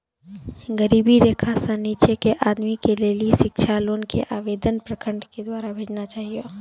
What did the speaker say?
गरीबी रेखा से नीचे के आदमी के लेली शिक्षा लोन के आवेदन प्रखंड के द्वारा भेजना चाहियौ?